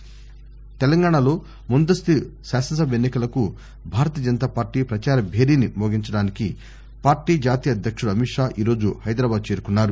desk Amit Shah Telangana లో ముందస్తు శాసనసభ ఎన్ని కలకు భారతీయ జనతా పార్టీ ప్రచార భేరీని మోగించడానికి పార్టీ జాతీయ అధ్యక్షుడు అమిత్ షా ఈ రోజు హైదరాబాద్ చేరుకున్నారు